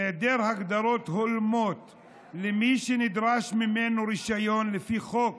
היעדר הגדרות הולמות למי שנדרש ממנו רישיון לפי חוק